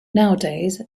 nowadays